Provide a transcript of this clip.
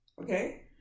Okay